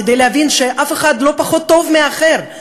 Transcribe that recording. כדי להבין שאף אחד לא פחות טוב מהאחר,